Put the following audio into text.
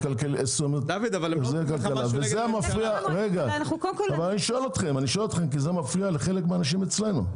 אני שואל אותך כי זה מפריע לחלק מהאנשים אצלנו.